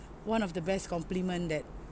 one of the best compliment that